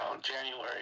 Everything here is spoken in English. January